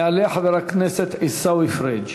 יעלה חבר הכנסת עיסאווי פריג',